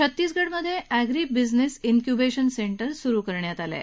छत्तीसगडमध्ये agri business incubation centre सुरु करण्यात आलं आहे